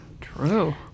True